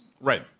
right